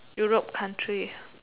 Europe country